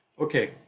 Okay